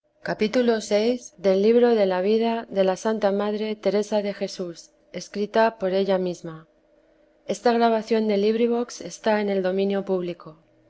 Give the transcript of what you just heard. de jesús tomo i vida de ía santa madre teresa de jesús escrita por ella misma